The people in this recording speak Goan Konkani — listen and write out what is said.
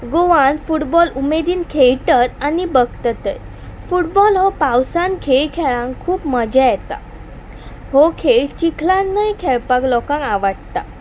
गोवान फुटबॉल उमेदीन खेळटत आनी बगततय फुटबॉल हो पावसान खेळ खेळक खूब मजा येता हो खेळ चिखलानय खेळपाक लोकांक आवडटा